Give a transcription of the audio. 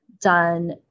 done